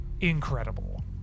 incredible